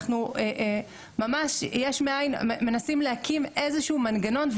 אנחנו ממש יש מאין מנסים להקים איזה שהוא מנגנון.